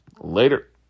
Later